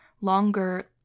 longer